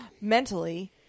Mentally